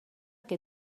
que